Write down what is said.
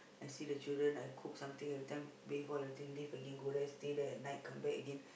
I see the children I cook something every time bath all everything bath again go there stay there at night come back again